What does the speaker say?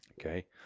Okay